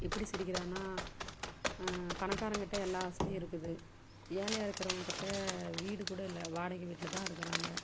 எப்படி சிரிக்கிறானா பணக்காரன்கிட்ட எல்லா வசதியும் இருக்குது ஏழையாக இருக்கிறவங்க கிட்ட வீடு கூட இல்லை வாடகை வீட்டில் தான் இருக்கிறாங்க